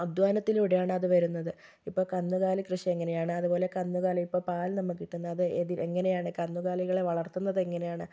അധ്വാനത്തിലൂടെയാണത് വരുന്നത് ഇപ്പോൾ കന്നുകാലി കൃഷിയെങ്ങനെയാണ് അത്പോലെ കന്നുകാലി ഇപ്പോൾ പാൽ നമുക്ക് കിട്ടുന്നത് എതി എങ്ങനെയാണ് കന്നുകാലികളെ വളർത്തുന്നതെങ്ങനെയാണ്